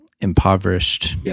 impoverished